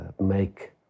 make